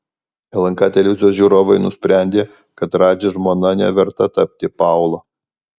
lnk televizijos žiūrovai nusprendė kad radži žmona neverta tapti paula